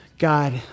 God